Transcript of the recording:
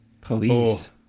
Police